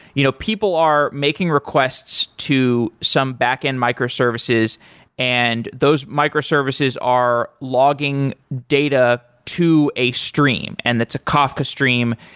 you know people are making requests to some backend microservices and those microservices are logging data to a stream, and that's a kafka stream.